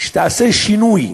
תעשה שינוי.